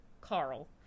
Carl